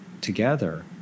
together